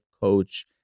coach